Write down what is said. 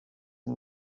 and